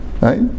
Right